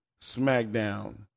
SmackDown